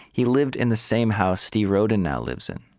he lived in the same house steve roden now lives in